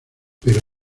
pero